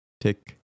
tick